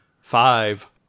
five